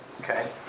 Okay